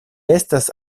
estas